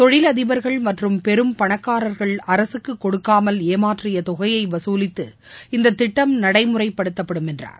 தொழிலதிபர்கள் மற்றும் பெரும் பணக்காரர்கள் அரசுக்குகொடுக்காமல் ஏமாத்தியதொகையைவசூலித்து இந்ததிட்டம் நடைமுறைப்படுத்தப்படும் என்றார்